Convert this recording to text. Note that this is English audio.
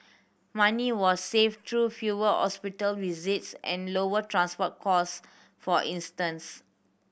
money were saved through fewer hospital visits and lower transport costs for instance